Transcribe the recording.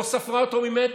לא ספרה אותו ממטר,